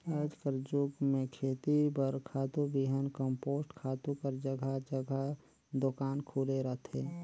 आएज कर जुग में खेती बर खातू, बीहन, कम्पोस्ट खातू कर जगहा जगहा दोकान खुले रहथे